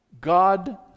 God